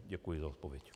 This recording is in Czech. Děkuji za odpověď.